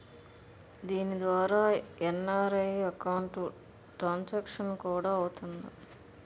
దీని ద్వారా NRI account transaction కూడా అవుతుందా?